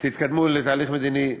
תתקדמו לתהליך מדיני.